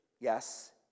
yes